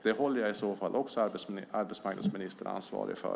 Det håller jag i så fall också arbetsmarknadsministern ansvarig för.